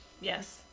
Yes